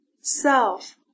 self